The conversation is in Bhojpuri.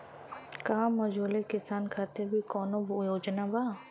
का मझोले किसान खातिर भी कौनो योजना बा?